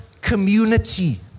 community